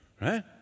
right